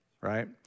right